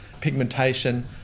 pigmentation